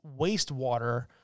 wastewater